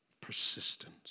Persistence